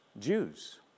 Jews